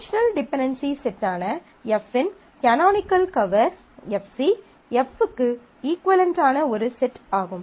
functional dependency செட்டான F இன் canonical cover Fc F க்கு இஃக்குவளென்ட் ஆன ஒரு செட் ஆகும்